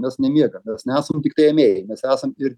nes nemiegam nes nesam tiktai ėmėjai mes esam ir